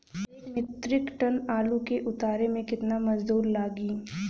एक metric ton आलू के उतारे मे कितना मजदूर लागि?